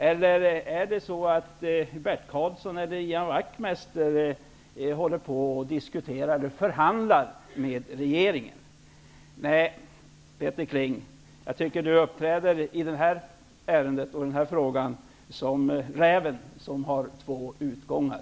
Eller håller Bert Karlsson eller Ian Wachtmeister på att förhandla med regeringen? I den här frågan uppträder Peter